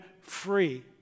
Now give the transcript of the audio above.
free